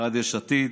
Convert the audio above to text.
אחד יש עתיד,